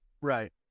Right